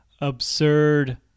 absurd